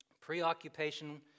Preoccupation